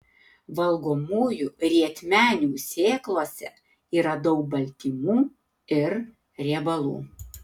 valgomųjų rietmenių sėklose yra daug baltymų ir riebalų